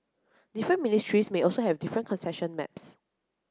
different ministries may also have different concession maps